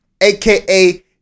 aka